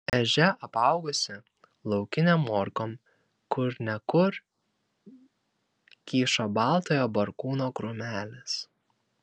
ežia apaugusi laukinėm morkom kur ne kur kyšo baltojo barkūno krūmelis